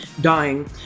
dying